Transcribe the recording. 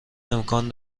امکان